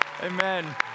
Amen